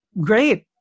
great